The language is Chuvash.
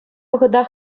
вӑхӑта